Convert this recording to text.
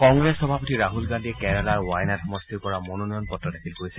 কংগ্ৰেছ সভাপতি ৰাহুল গান্ধীয়ে কেৰালাৰ ৱায়নাড সমষ্টিৰ পৰা মনোনয়ন পত্ৰ দাখিল কৰিছে